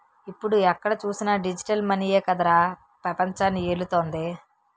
ఇప్పుడు ఎక్కడ చూసినా డిజిటల్ మనీయే కదరా పెపంచాన్ని ఏలుతోంది